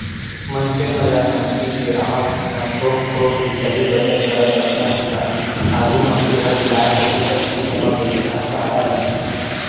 मनसे मन ल नउकरी के राहब म थोक थोक ही सही बचत करत रखना ही चाही, आघु मनसे ह रिटायर होही त इही जमा पइसा ह सहारा बनही